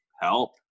help